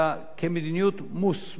מדיניות מוסמכת,